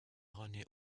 renaît